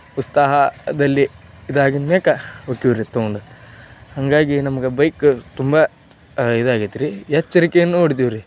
ಉತ್ಸಾಹದಲ್ಲಿ ಇದು ಆಗಿದ್ದ ಮೇಲ ಹೋಕೀವ್ರಿ ತಗೊಂಡು ಹಾಗಾಗಿ ನಮ್ಗೆ ಬೈಕು ತುಂಬ ಇದಾಗೈತ್ತೆ ರಿ ಎಚ್ಚರಿಕೆ ನೋಡಿದೀವ್ರಿ